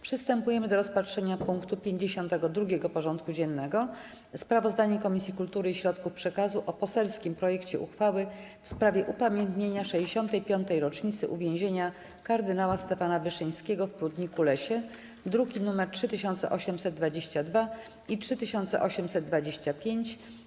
Przystępujemy do rozpatrzenia punktu 52. porządku dziennego: Sprawozdanie Komisji Kultury i Środków Przekazu o poselskim projekcie uchwały w sprawie upamiętnienia 65. rocznicy uwięzienia kardynała Stefana Wyszyńskiego w Prudniku-Lesie (druki nr 3822 i 3825)